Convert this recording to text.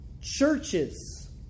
churches